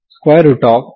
1